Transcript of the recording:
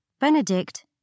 Benedict